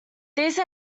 these